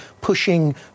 pushing